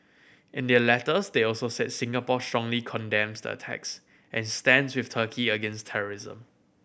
in their letters they also said Singapore strongly condemns the attacks and stands with Turkey against terrorism